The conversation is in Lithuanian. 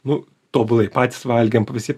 nu tobulai patys valgėm p visi